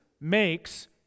makes